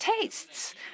tastes